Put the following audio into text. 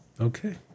Okay